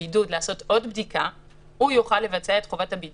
בבידוד ואין לו מקום בידוד שמתאים כדי לקיים את חובת הבידוד,